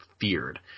feared